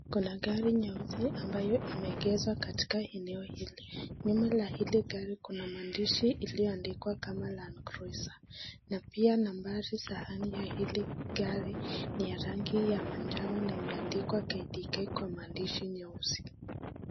Kuna gari nyeusi ambayo imeegeshwa katika eneo hili. Nyuma la hili gari kuna maandishi iliayoandikwa kama land cruiser na pia nambari za ania hili gari ni ya rangi ya manjano na imeandikwa KDK kwa maandishi nyeusi.